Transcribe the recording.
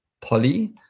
Polly